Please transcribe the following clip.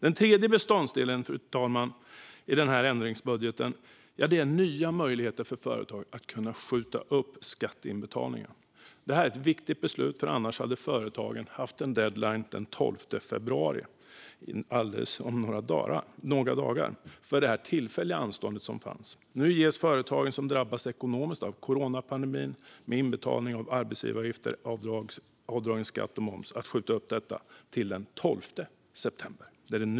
Den tredje beståndsdelen i denna ändringsbudget ger ny möjlighet för företag att skjuta upp skatteinbetalningar. Det är ett viktigt beslut, för annars hade företagen haft deadline nu i dagarna, den 12 februari, för det tillfälliga anstånd som redan fanns. Nu kan företag som drabbats ekonomiskt av coronapandemin skjuta upp inbetalning av arbetsgivaravgifter, avdragen skatt och moms till den 12 september.